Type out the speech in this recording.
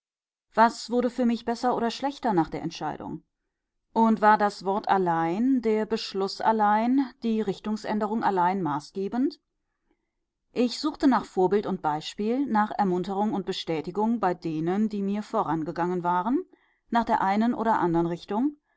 was wurde für mich besser oder schlechter nach der entscheidung und war das wort allein der beschluß allein die richtungsänderung allein maßgebend ich suchte nach vorbild und beispiel nach ermunterung und bestätigung bei denen die mir vorangegangen waren nach der einen oder andern richtung